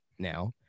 now